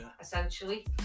essentially